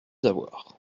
avoir